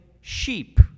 sheep